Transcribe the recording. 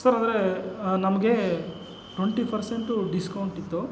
sir ಅಂದರೆ ನಮಗೆ twenty percent ಡಿಸ್ಕೌಂಟಿತ್ತು